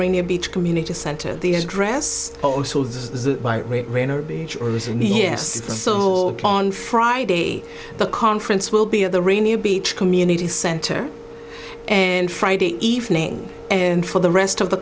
ring a beach community center the address by me here sold on friday the conference will be at the rainier beach community center and friday evening and for the rest of the